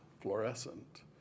fluorescent